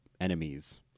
enemies